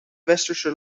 westerse